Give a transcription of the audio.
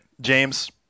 James